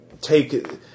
take